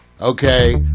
Okay